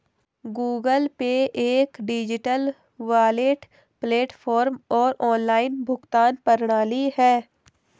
Google Pay एक digital wallet platform और online भुगतान प्रणाली है